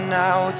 now